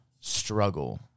struggle